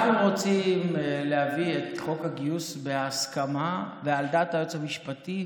אנחנו רוצים להביא את חוק הגיוס בהסכמה ועל דעת היועץ המשפטי,